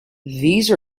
these